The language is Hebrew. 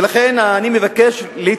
ולכן אני ביקשתי,